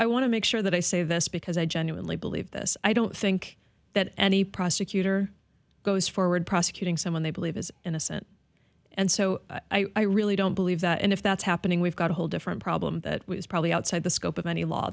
to make sure that i say this because i genuinely believe this i don't think that any prosecutor goes forward prosecuting someone they believe is innocent and so i really don't believe that and if that's happening we've got a whole different problem that is probably outside the scope of any law